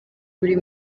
buri